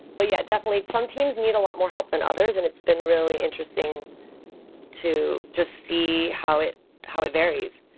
but yeah definitely, some teams need a lot more help than others and it's been really interesting to just see how it how it varies